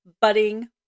budding